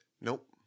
Nope